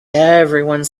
everyone